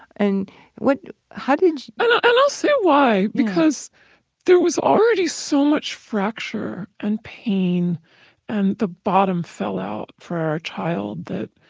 and what, how did you know and i'll say why, because there was already so much fracture and pain and the bottom fell out for our child that